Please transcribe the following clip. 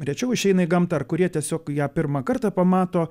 rečiau išeina į gamtą ar kurie tiesiog ją pirmą kartą pamato